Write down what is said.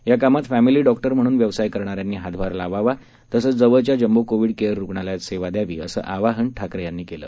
या कामात family doctor म्हणून व्यवसाय करणाऱ्यांनी हातभार लावावा तसंच जवळच्या जम्बो कोविड केअर रुग्णालयात सेवा दयावी असं आवाहन ठाकरे यांनी केलं